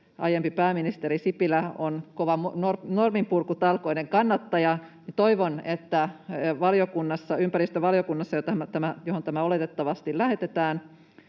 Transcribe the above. aiempi pääministeri Sipilä on kova norminpurkutalkoiden kannattaja, niin toivon, että ympäristövaliokunnassa, johon tämä oletettavasti lähetetään,